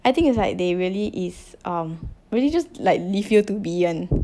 I think it's like they really is um really just like leave you to be [one]